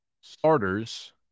starters